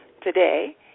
today